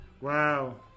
Wow